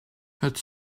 het